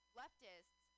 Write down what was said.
leftists